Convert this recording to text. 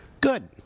Good